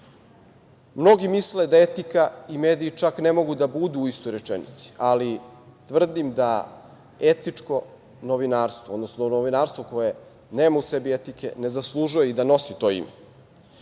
misle da etika i mediji čak ne mogu da budu u istoj rečenici, ali tvrdim da etičko novinarstvo, odnosno novinarstvo koje nema u sebi etike ne zaslužuje i da nosi to